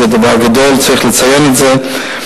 זה דבר גדול וצריך לציין את זה.